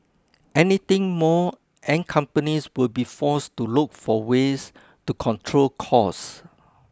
anything more and companies will be forced to look for ways to control costs